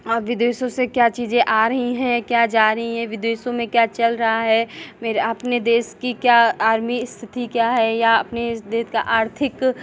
विदेशो से क्या चीज़ें आ रही हैं क्या जा रही हैं विदेशों में क्या चल रहा है मेरा अपने देश की क्या आर्मी स्थिति क्या है या अपने इस देश का आर्थिक